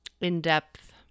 in-depth